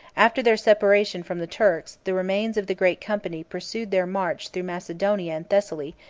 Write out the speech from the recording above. after their separation from the turks, the remains of the great company pursued their march through macedonia and thessaly,